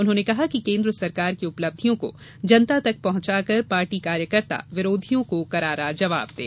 उन्होंने कहा कि केन्द्र सरकार की उपलब्धियों को जनता तक पहुंचाकर पार्टी कार्यकर्ता विरोधियों को करारा जवाब दें